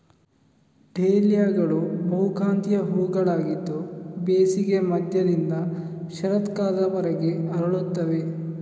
ಡಹ್ಲಿಯಾಗಳು ಬಹುಕಾಂತೀಯ ಹೂವುಗಳಾಗಿದ್ದು ಬೇಸಿಗೆಯ ಮಧ್ಯದಿಂದ ಶರತ್ಕಾಲದವರೆಗೆ ಅರಳುತ್ತವೆ